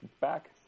back